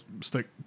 stick